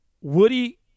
Woody